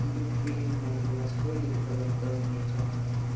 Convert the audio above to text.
Listerine mouthwash कहिले उपलब्ध हुनेछ